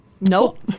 Nope